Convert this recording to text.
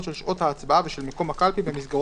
של שעות ההצבעה ושל מקום הקלפי במסגרת